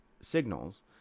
signals